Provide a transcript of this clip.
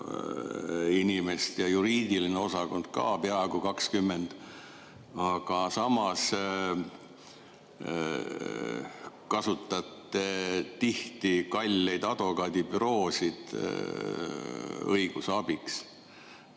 inimest. Juriidilises osakonnas on ka peaaegu 20, aga samas kasutate tihti kalleid advokaadibüroosid õigusabiks.